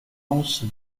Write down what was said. anse